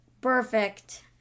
Perfect